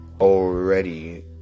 already